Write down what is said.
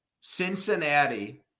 Cincinnati